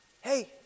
hey